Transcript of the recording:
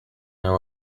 her